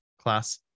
class